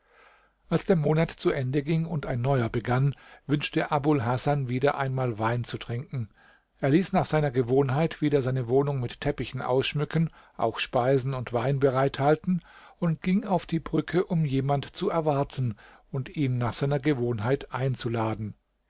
als der monat zu ende ging und ein neuer begann wünschte abul hasan wieder einmal wein zu trinken er ließ nach seiner gewohnheit wieder seine wohnung mit teppichen ausschmücken auch speisen und wein bereithalten und ging auf die brücke um jemand zu erwarten und ihn nach seiner gewohnheit einzuladen